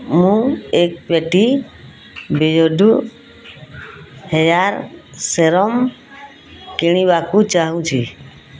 ମୁଁ ଏକ ପେଟି ବେୟର୍ଡ଼ୋ ହେୟାର୍ ସେରମ୍ କିଣିବାକୁ ଚାହୁଁଛି